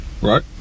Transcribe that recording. Right